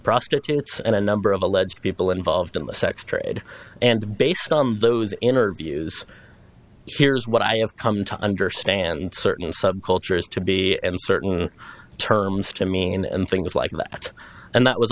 prostitutes and a number of alleged people involved in the sex trade and based on those interviews here's what i have come to understand certain subcultures to be and certain terms to mean and things like that and that was